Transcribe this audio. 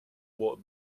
will